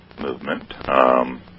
movement